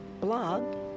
blog